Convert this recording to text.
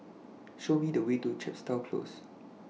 Show Me The Way to Chepstow Close